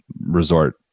resort